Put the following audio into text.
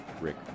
Rick